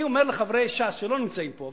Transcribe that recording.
אני אומר לחברי ש"ס שלא נמצאים פה,